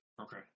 Okay